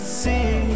see